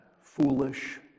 foolish